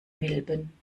milben